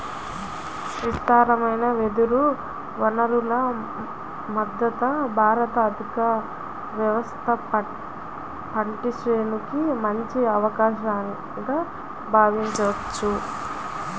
విస్తారమైన వెదురు వనరుల మద్ధతు భారత ఆర్థిక వ్యవస్థ పటిష్టానికి మంచి అవకాశంగా భావించవచ్చు